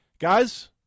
Guys